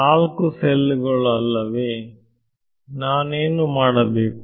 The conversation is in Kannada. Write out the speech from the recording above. ನಾಲ್ಕು ಸೆಲ್ ಗಳು ಅಲ್ಲವೇ ನಾನೇನು ಮಾಡಬೇಕು